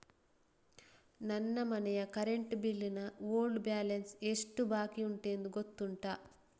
ನನ್ನ ಮನೆಯ current bill ನ ಓಲ್ಡ್ ಬ್ಯಾಲೆನ್ಸ್ ಎಷ್ಟು ಬಾಕಿಯುಂಟೆಂದು ಗೊತ್ತುಂಟ?